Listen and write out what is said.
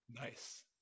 Nice